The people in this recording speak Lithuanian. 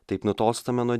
taip nutolstame nuo